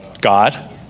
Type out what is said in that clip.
God